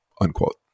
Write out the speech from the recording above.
Unquote